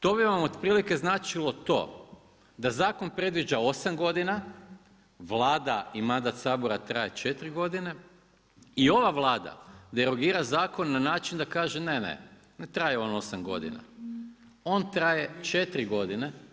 To bi vam otprilike značilo to da zakon predviđa osam godina, Vlada i mandat Sabora traje četiri godine i ova Vlada derogira zakon na način da kaže ne, ne ne traje on osam godina on traje četiri godine.